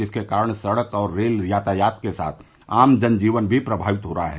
जिससे कारण सड़क और रेल यातायात के साथ आम जन जीवन भी प्रमावित हो गया है